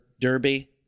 derby